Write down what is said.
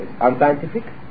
unscientific